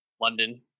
London